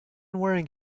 wearing